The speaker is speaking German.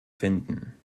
finden